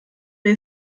wer